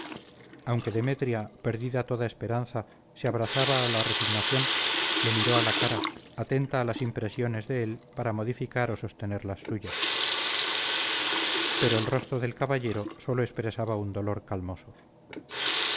aunque demetria perdida toda esperanza se abrazaba a la resignación le miró a la cara atenta a las impresiones de él para modificar o sostener las suyas pero el rostro del caballero sólo expresaba un dolor calmoso no